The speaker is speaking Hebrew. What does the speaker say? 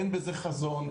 אין בזה חזון,